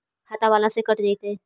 खाता बाला से कट जयतैय?